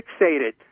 fixated